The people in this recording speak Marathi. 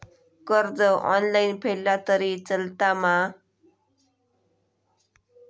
कर्ज ऑनलाइन फेडला तरी चलता मा?